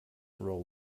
roll